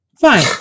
fine